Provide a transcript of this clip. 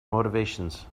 motivations